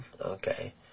Okay